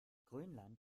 grönland